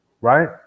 right